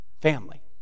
Family